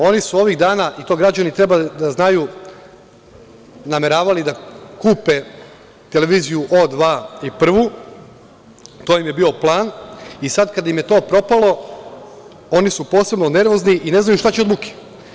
Oni su ovih dana, i to građani treba da znaju, nameravali da kupe televiziju „O2“ i „Prva“, to im je bio plan, i sad kada im je to propalo oni su posebno nervozni i ne znaju šta će od muke.